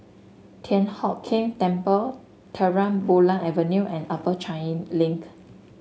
Thian Hock Keng Temple Terang Bulan Avenue and Upper Changi Link